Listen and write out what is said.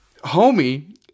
homie